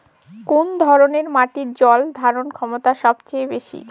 কোন ধরণের মাটির জল ধারণ ক্ষমতা সবচেয়ে বেশি?